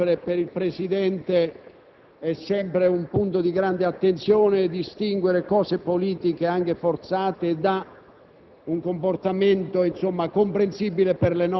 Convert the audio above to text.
senatore Colombo, noi dobbiamo sempre (per il Presidente è sempre un punto di grande attenzione) distinguere le cose politiche, anche forzate, da